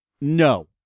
No